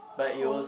poles